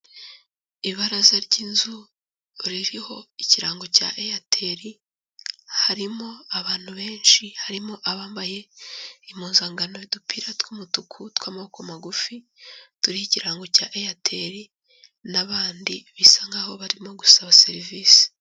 Ibaraza ry'inzu ririho ikirango cya Eyateri, harimo abantu benshi, harimo abambaye impuzangano y'udupira tw'umutuku tw'amaboko magufi, turiho ikirango cya Eyateri n'abandi bisa nkaho barimo gusaba serivisi.